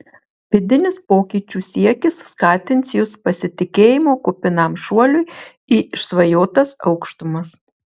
vidinis pokyčių siekis skatins jus pasitikėjimo kupinam šuoliui į išsvajotas aukštumas